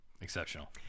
Exceptional